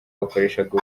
bakoreshaga